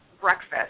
breakfast